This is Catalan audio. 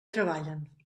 treballen